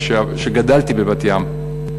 שגדלתי בבת-ים,